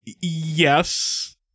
Yes